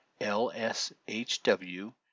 lshw